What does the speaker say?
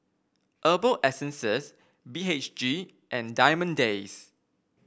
Herbal Essences B H G and Diamond Days